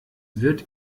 wird